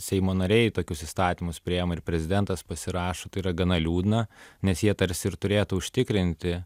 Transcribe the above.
seimo nariai tokius įstatymus priima ir prezidentas pasirašo tai yra gana liūdna nes jie tarsi ir turėtų užtikrinti